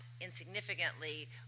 insignificantly